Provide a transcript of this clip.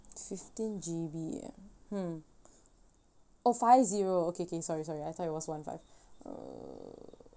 fifteen G_B ah hmm oh five zero okay okay sorry sorry I thought it was one five uh